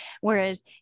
Whereas